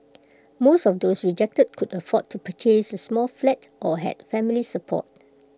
most of those rejected could afford to purchase A small flat or had family support